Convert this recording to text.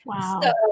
Wow